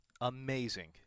Amazing